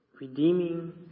redeeming